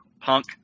punk